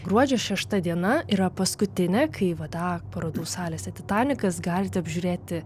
gruodžio šešta diena yra paskutinė kai vda parodų salėse titanikas galite apžiūrėti